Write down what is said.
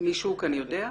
--- מישהו כאן יודע?